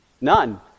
None